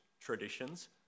traditions